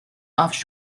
off